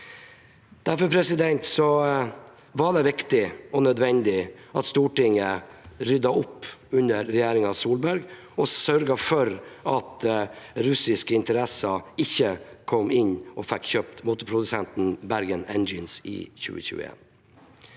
Derfor var det viktig og nødvendig at Stortinget ryddet opp under regjeringen Solberg og sørget for at russiske interesser ikke kom inn og fikk kjøpt motorprodusenten Bergen Engines i 2021.